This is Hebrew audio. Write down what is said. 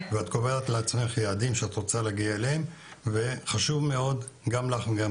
את קובעת לעצמך יעדים אליהם את רוצה להגיע.